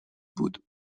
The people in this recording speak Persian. بود